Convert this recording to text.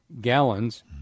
gallons